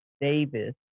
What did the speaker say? Davis